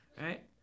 right